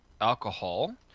alcohol